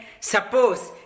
suppose